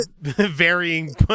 varying